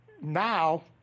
now